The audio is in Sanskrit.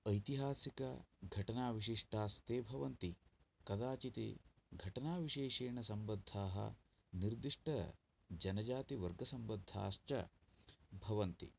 ऐतिहासिकघटनाविशिष्टास्ते भवन्ति कदाचित् घटनाविशेषेण सम्बद्धाः निर्दिष्टजनजातिवर्गसम्बद्धाश्च भवन्ति